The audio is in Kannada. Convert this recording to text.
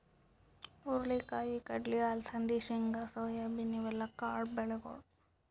ಹುರಳಿ ಕಾಯಿ, ಕಡ್ಲಿ, ಅಲಸಂದಿ, ಶೇಂಗಾ, ಸೋಯಾಬೀನ್ ಇವೆಲ್ಲ ಕಾಳ್ ಬೆಳಿಗೊಳ್